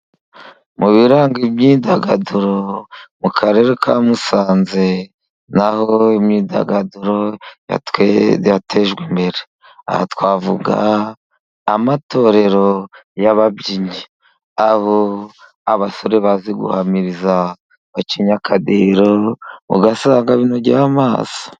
Mu biranga imyidagaduro mu karere ka Musanze, naho imyidagaduro yatejwe imbere ,aha twavuga amatorero y'ababyinnyi, abasore bazi guhamiriza bacinya akadiho, ugasanga binogeye amaso.